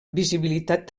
visibilitat